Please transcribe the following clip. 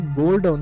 gold